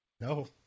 no